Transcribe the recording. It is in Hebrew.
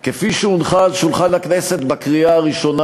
כפי שהונחה על שולחן הכנסת לקריאה הראשונה